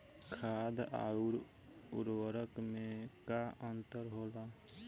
खाद्य आउर उर्वरक में का अंतर होला?